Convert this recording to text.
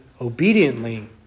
obediently